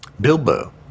Bilbo